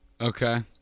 Okay